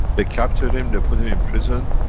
they captured him, they put him in prison,